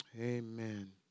amen